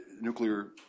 nuclear